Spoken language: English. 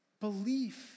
belief